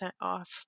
off